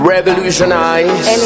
Revolutionize